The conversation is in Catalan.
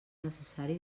necessari